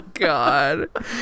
god